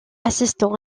assistant